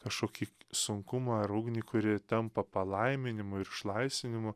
kažkokį sunkumą ar ugnį kuri tampa palaiminimu ir išlaisvinimu